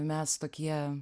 mes tokie